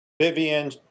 Vivian